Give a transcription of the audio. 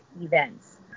events